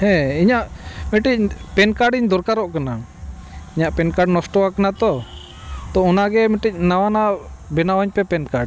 ᱦᱮᱸ ᱤᱧᱟᱹᱜ ᱢᱤᱫᱴᱤᱡ ᱯᱮᱱ ᱠᱟᱨᱰ ᱤᱧ ᱫᱚᱨᱠᱟᱨᱚᱜ ᱠᱟᱱᱟ ᱤᱧᱟᱹᱜ ᱯᱮᱱ ᱠᱟᱨᱰ ᱱᱚᱥᱴᱚ ᱟᱠᱟᱱᱟ ᱛᱚ ᱛᱚ ᱚᱱᱟᱜᱮ ᱢᱤᱫᱴᱤᱡ ᱱᱟᱣᱟ ᱱᱟᱜ ᱵᱮᱱᱟᱣᱟᱹᱧᱼᱯᱮ ᱯᱮᱱ ᱠᱟᱨᱰ